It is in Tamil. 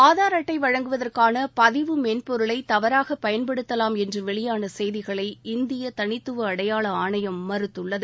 ஆதார் அட்டை வழங்குவதற்கான பதிவு மென்பொருளை தவறாகப் பயன்படுத்தவாம் என்று வெளியான செய்திகளை இந்திய தனித்துவ அடையாள ஆணையம் மறுத்துள்ளது